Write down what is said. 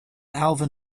alvin